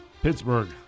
Pittsburgh